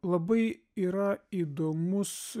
labai yra įdomus